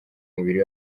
mubiri